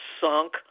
sunk